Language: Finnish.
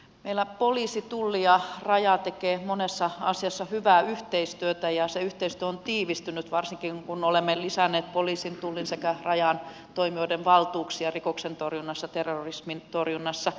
meillä poliisi tulli ja raja tekevät monessa asiassa hyvää yhteistyötä ja se yhteistyö on tiivistynyt varsinkin kun olemme lisänneet poliisin tullin sekä rajan toimijoiden valtuuksia rikosten torjunnassa terrorismin torjunnassa